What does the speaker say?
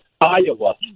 Iowa